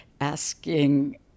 asking